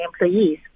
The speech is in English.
employees